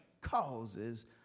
causes